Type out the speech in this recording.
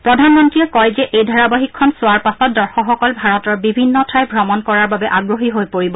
প্ৰধানমন্ত্ৰীয়ে কয় যে এই ধাৰাবাহিকখন চোৱাৰ পাছত দৰ্শকসকল ভাৰতৰ বিভিন্ন ঠাই ভ্ৰমণ কৰাৰ বাবে আগ্ৰহী হৈ পৰিব